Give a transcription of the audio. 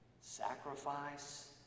sacrifice